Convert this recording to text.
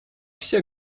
все